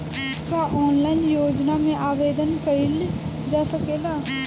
का ऑनलाइन योजना में आवेदन कईल जा सकेला?